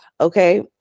Okay